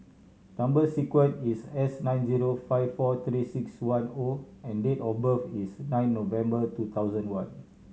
number sequence is S nine zero five four Three Six One O and date of birth is nine November two thousand one